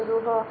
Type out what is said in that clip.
ରୁହ